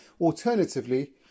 Alternatively